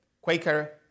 Quaker